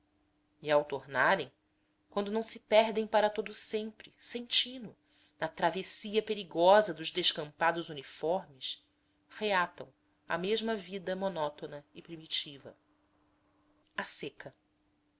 e ao tornarem quando não se perdem para todo o sempre sem tino na travessia perigosa dos descampados uniformes reatam a mesma vida monótona e primitiva de